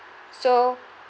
so